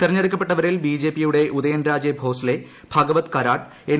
തെരഞ്ഞെടുക്കപ്പെട്ടവരിൽ BJP യുടെ Udayanraje Bhosale Bhagwat Karad N